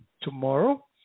tomorrow